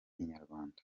inyarwanda